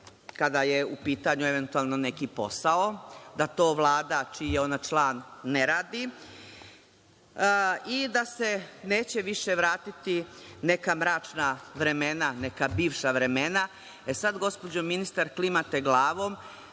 kada je u pitanju eventualno neki posao, da to Vlada čiji je ona član ne radi i da se neće više vratiti neka mračna vremena, neka bivša vremena. E, sada gospođo ministar klimate glavom,